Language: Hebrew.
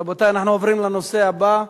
רבותי, אנחנו עוברים לנושא הבא.